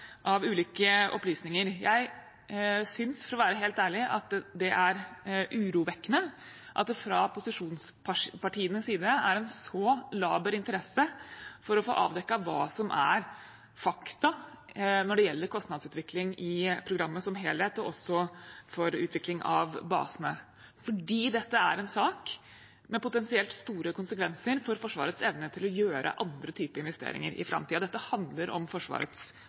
ulike opplysninger. Jeg synes, for å være helt ærlig, at det er urovekkende at det fra posisjonspartienes side er en så laber interesse for å få avdekket hva som er fakta når det gjelder kostnadsutvikling i programmet som helhet, og også for utvikling av basene. For dette er en sak med potensielt store konsekvenser for Forsvarets evne til å gjøre andre typer investeringer i framtiden. Dette handler om Forsvarets